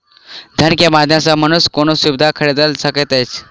धन के माध्यम सॅ मनुष्य कोनो सुविधा खरीदल सकैत अछि